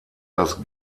das